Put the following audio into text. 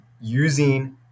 Using